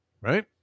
right